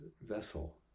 vessel